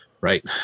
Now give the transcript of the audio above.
Right